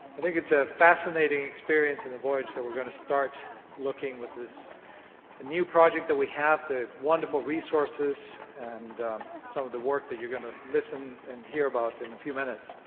i think it's a fascinating experience in the voyage that we're going to start looking with this new project that we have, the wonderful resources and some of the work that you're going to listen and hear about in a few minutes.